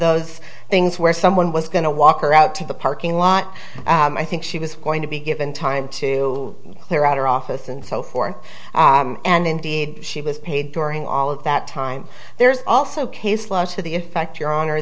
those things where someone was going to walk or out to the parking lot i think she was going to be given time to clear out her office and so forth and indeed she was paid during all of that time there's also case law to the effect your honor